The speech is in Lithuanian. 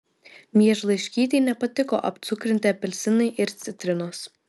miežlaiškytei nepatiko apcukrinti apelsinai ir citrinos